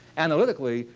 analytically,